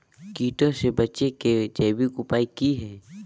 कीटों से बचे के जैविक उपाय की हैय?